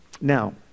Now